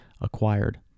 acquired